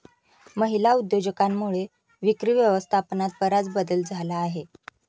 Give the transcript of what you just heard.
महिला उद्योजकांमुळे विक्री व्यवस्थापनात बराच बदल झाला आहे